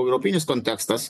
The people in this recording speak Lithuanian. europinis kontekstas